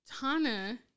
Tana